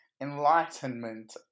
enlightenment